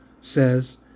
says